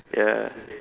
ya